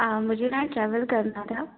मुझे न ट्रैवल करना था